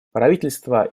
правительства